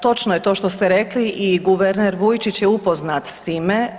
Točno je to što ste rekli i guverner Vujčić je upoznat s time.